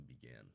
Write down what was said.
began